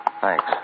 Thanks